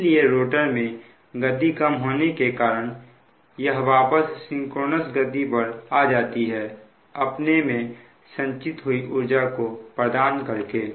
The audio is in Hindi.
इसलिए रोटर में गति कम होने के कारण के यह वापस से सिंक्रोनस गति पर आ जाती है अपने में संचित हुई ऊर्जा को प्रदान करके